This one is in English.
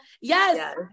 Yes